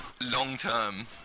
long-term